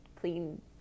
clean